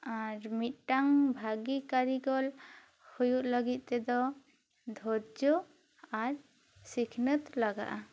ᱟᱨ ᱢᱤᱫᱴᱟᱹᱝ ᱵᱷᱟᱹᱜᱤ ᱠᱟᱹᱨᱤᱜᱚᱞ ᱦᱩᱭᱩᱜ ᱞᱟᱹᱜᱤᱫ ᱛᱮᱫᱚ ᱫᱷᱳᱨᱡᱚ ᱟᱨ ᱥᱤᱠᱷᱱᱟᱹᱛ ᱞᱟᱜᱟᱜᱼᱟ